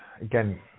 again